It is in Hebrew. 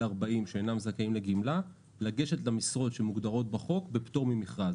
40 שאינם זכאים לגמלה לגשת למשרות שמוגדרות בחוק בפתור ממכרז.